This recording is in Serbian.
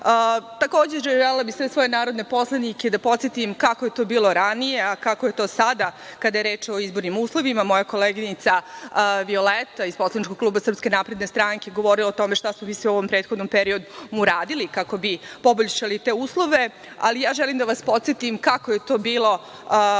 danu. Takođe želela bih sve narodne poslanike da podsetim kako je to bilo ranije, a kako je to sada, kada je reč o izbornim uslovima. Moja koleginica Violeta iz poslaničke grupe SNS govorila je o tome šta smo mi sve u ovom prethodnom periodu uradili, kako bi poboljšali te uslove, ali ja želim da vas podsetim kako je to bilo